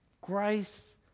Grace